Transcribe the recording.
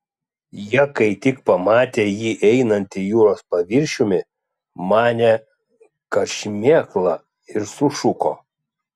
jie kai tik pamatė jį einantį jūros paviršiumi manė kad šmėkla ir sušuko